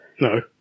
No